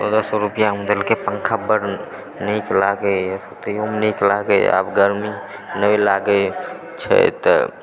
चौदह सए रुपैआमे देलकै पङ्खा बड़ नीक लागैया तेहन नीक लागैया आब गरमी नहि लागै छै तऽ